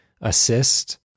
assist